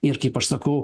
ir kaip aš sakau